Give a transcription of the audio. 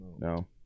No